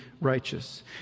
righteous